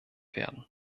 werden